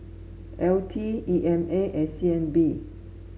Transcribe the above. L T E M A and C N B